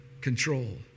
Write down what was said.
control